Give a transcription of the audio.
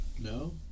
No